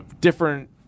different